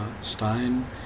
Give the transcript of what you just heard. stein